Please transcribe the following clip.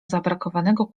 zabrakowanego